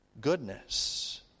goodness